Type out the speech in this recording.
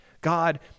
God